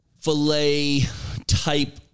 filet-type